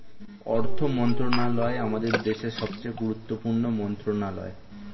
অর্থ মন্ত্রণালয় আমাদের দেশের সবচেয়ে গুরুত্বপূর্ণ মন্ত্রণালয়